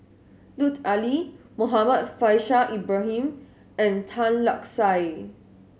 Lut Ali Muhammad Faishal Ibrahim and Tan Lark Sye